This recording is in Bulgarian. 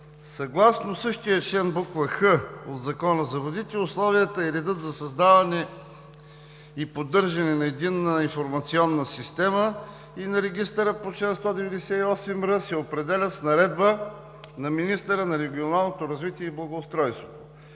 Съгласно чл. 198х от Закона за водите, условията и редът за създаване и поддържане на Единна информационна система и на Регистъра по чл. 198р се определят с наредба на министъра на регионалното развитие и благоустройството.